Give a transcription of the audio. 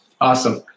Awesome